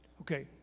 Okay